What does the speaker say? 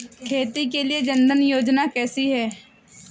खेती के लिए जन धन योजना कैसी है?